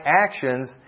actions